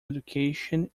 education